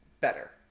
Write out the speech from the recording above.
better